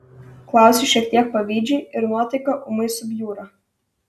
klausiu šiek tiek pavydžiai ir nuotaika ūmai subjūra